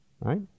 right